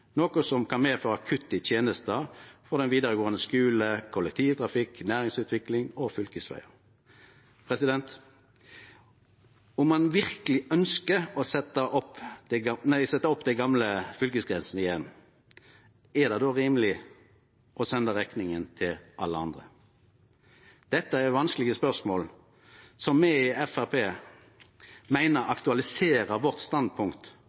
noko som kan medføre kutt i tenester – på den vidaregåande skulen, kollektivtrafikk, næringsutvikling og fylkesvegar. Om ein verkeleg ønskjer å setje opp dei gamle fylkesgrensene igjen, er det då rimeleg å sende rekninga til alle andre? Dette er vanskelege spørsmål som me i Framstegspartiet meiner aktualiserer vårt standpunkt